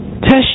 Test